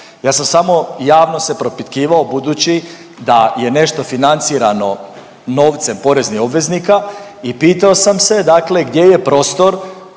ja sam samo javno se propitkivao budući da je nešto financirano novcem poreznih obveznika i pitao sam se gdje je prostor,